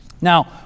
Now